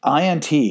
INT